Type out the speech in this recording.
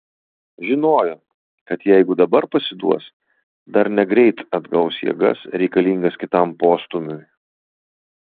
žinojo kad jeigu dabar pasiduos dar negreit atgaus jėgas reikalingas kitam postūmiui